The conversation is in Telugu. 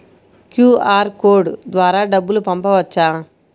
క్యూ.అర్ కోడ్ ద్వారా డబ్బులు పంపవచ్చా?